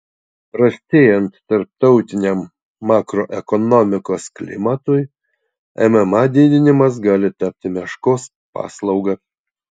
prastėjant tarptautiniam makroekonomikos klimatui mma didinimas gali tapti meškos paslauga